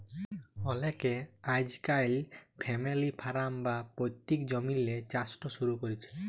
অলেকে আইজকাইল family farm বা পৈত্তিক জমিল্লে চাষট শুরু ক্যরছে